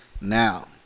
Now